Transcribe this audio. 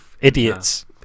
Idiots